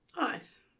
Nice